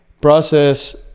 Process